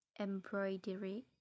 embroidery